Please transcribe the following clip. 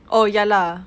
oh ya lah